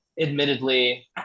admittedly